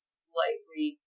slightly